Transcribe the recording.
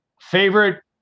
Favorite